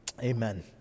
amen